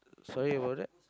sorry about that